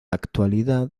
actualidad